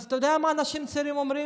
אתה יודע מה אנשים צעירים אומרים?